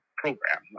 program